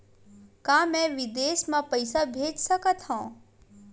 का मैं विदेश म पईसा भेज सकत हव?